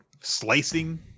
slicing